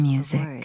Music